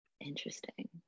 interesting